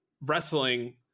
wrestling